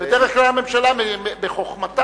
בדרך כלל הממשלה בחוכמתה,